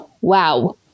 wow